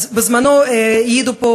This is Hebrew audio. אז בזמנו העידו פה,